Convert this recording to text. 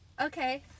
Okay